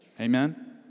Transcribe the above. Amen